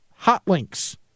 Hotlinks